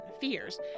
fears